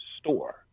store